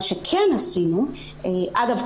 אגב,